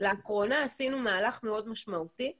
לאחרונה עשינו מהלך משמעותי מאוד,